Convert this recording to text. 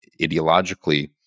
ideologically